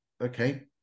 okay